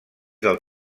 del